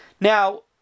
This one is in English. Now